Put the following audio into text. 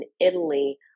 Italy